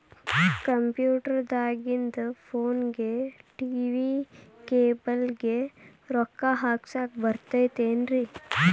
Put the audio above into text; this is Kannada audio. ಕಂಪ್ಯೂಟರ್ ದಾಗಿಂದ್ ಫೋನ್ಗೆ, ಟಿ.ವಿ ಕೇಬಲ್ ಗೆ, ರೊಕ್ಕಾ ಹಾಕಸಾಕ್ ಬರತೈತೇನ್ರೇ?